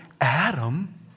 Adam